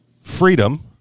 freedom